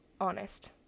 honest